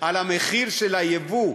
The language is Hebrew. על המחיר של הייבוא,